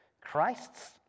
Christ's